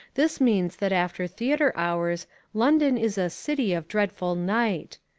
this means that after theatre hours london is a city of dreadful night.